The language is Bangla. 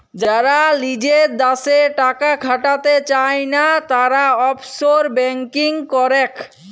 যারা লিজের দ্যাশে টাকা খাটাতে চায়না, তারা অফশোর ব্যাঙ্কিং করেক